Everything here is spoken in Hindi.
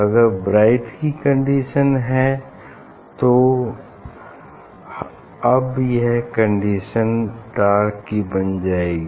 अगर ब्राइट की कंडीशन है तो अब यह कंडीशन डार्क की बन जाएगी